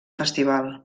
festival